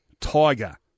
tiger